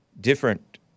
different